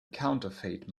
counterfeit